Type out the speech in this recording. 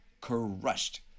crushed